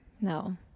No